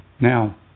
Now